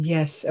Yes